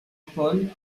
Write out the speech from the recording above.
paul